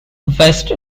vest